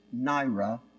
naira